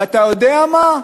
ואתה יודע מה?